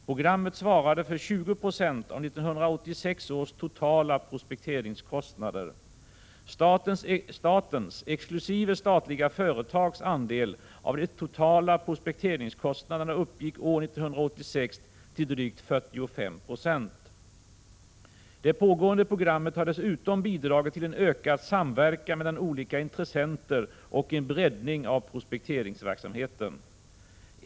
Programmet svarade för 20 90 av 1986 års totala prospekteringskostnader. Statens — exkl. statliga företags — andel av de totala prospekteringskostnaderna uppgick år 1986 till drygt 45 26. Det pågående programmet har dessutom bidragit till en ökad samverkan mellan olika intressenter och en breddning av prospekteringsverksamheten.